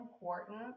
important